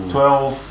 Twelve